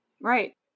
Right